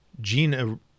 Gene